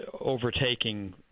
overtaking